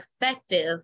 effective